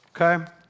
Okay